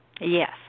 Yes